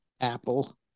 Apple